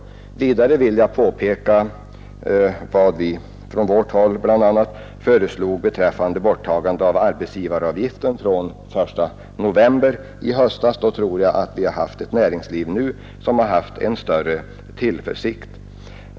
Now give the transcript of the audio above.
Vidare pekade jag i mitt första anförande på att vi föreslog borttagande av arbetsgivaravgiften från den 1 november 1971. Om det förslaget hade bifallits tror jag att näringslivet nu hade hyst större tillförsikt.